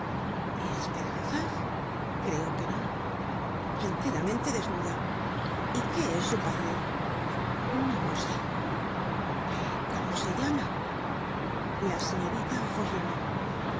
y esperanzas creo que no enteramente desnuda y qué es su padre no lo sé y cómo se llama la señorita